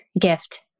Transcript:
gift